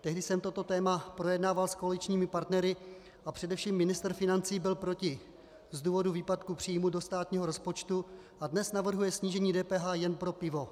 Tehdy jsem toto téma projednával s koaličními partnery a především ministr financí byl proti z důvodu výpadku příjmu do státního rozpočtu a dnes navrhuje snížení DPH jen pro pivo.